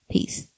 Peace